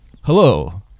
hello